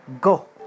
go